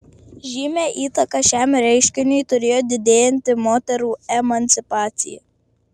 žymią įtaką šiam reiškiniui turėjo didėjanti moterų emancipacija